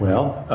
well ah